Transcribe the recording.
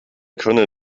könne